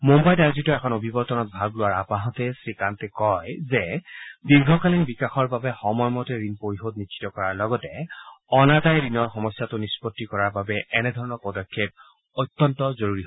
মুম্বাইত আয়োজিত এখন অভিৱৰ্তনত ভাগ লোৱাৰ আপাহতে শ্ৰীকান্তে কয় যে দীৰ্ঘকালীন বিকাশৰ বাবে সময়মেত ঋণ পৰিশোধ নিশ্চিত কৰাৰ লগতে অনাদায়ী ঋণৰ সমস্যাটো নিষ্পত্তি কৰাৰ বাবে এনেধৰণৰ পদক্ষেপ অত্যন্ত জৰুৰী